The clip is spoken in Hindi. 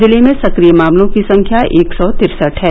जिले में सक्रिय मामलों की संख्या एक सौ तिरसठ है